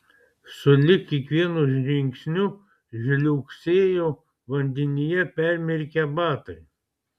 sulig kiekvienu žingsniu žliugsėjo vandenyje permirkę batai